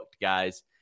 guys